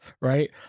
right